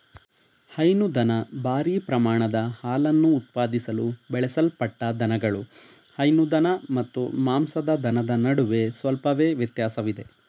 ಹೈನುದನ ಭಾರೀ ಪ್ರಮಾಣದ ಹಾಲನ್ನು ಉತ್ಪಾದಿಸಲು ಬೆಳೆಸಲ್ಪಟ್ಟ ದನಗಳು ಹೈನು ದನ ಮತ್ತು ಮಾಂಸದ ದನದ ನಡುವೆ ಸ್ವಲ್ಪವೇ ವ್ಯತ್ಯಾಸವಿದೆ